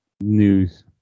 news